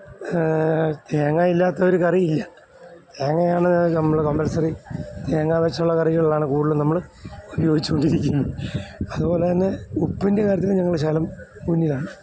തേങ്ങയില്ലാത്തൊരു കറിയില്ല തേങ്ങയാണ് നമ്മൾ കമ്പല്സറി തേങ്ങാ വെച്ചുള്ള കറികളാണ് കൂടുതലും നമ്മൾ ഉപയോഗിച്ചുകൊണ്ടിരിക്കുന്നത് അതുപോലെ തന്നെ ഉപ്പിന്റെ കാര്യത്തിലും ഞങ്ങൾ ശകലം മുന്നിലാണ്